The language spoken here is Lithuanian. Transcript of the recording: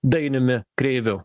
dainiumi kreiviu